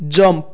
jump